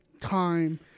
time